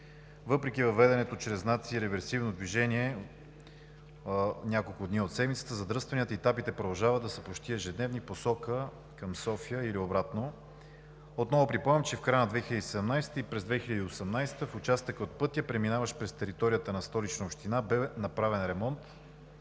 Въпреки въведеното чрез знаци реверсивно движение, няколко дни от седмицата задръстванията и тапите продължават да са почти ежедневни в посока към София или обратно. Отново припомням, че в края на 2017 г. и през 2018 г. в участъка от пътя, преминаващ през територията на Столична община, бе направен ремонт.